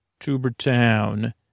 Tubertown